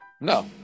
No